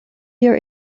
your